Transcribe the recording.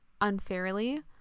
unfairly